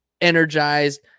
energized